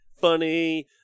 funny